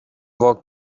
walked